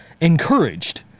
encouraged